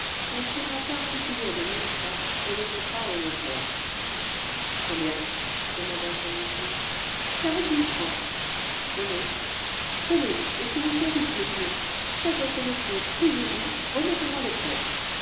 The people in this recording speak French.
en tira quarante billets de mille francs et les montra au notaire combien demanda celui-ci quarante mille francs donnez tenez et finissons vite monsieur faites votre métier payez-vous remettez moi les traites